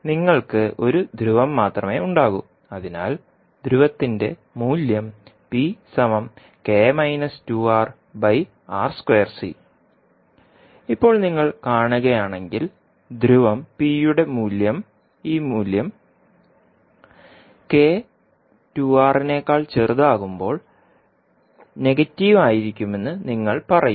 അതിനാൽ നിങ്ങൾക്ക് ഒരു ധ്രുവം മാത്രമേ ഉണ്ടാകൂ അതിനാൽ ധ്രുവത്തിന്റെ മൂല്യം ഇപ്പോൾ നിങ്ങൾ കാണുകയാണെങ്കിൽ ധ്രുവം p യുടെ ഈ മൂല്യം k 2R ആകുമ്പോൾ നെഗറ്റീവ് ആയിരിക്കുമെന്ന് നിങ്ങൾ പറയും